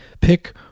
Pick